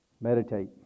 Meditate